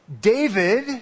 David